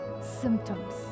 symptoms